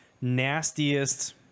nastiest